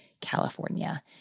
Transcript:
California